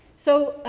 so,